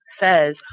says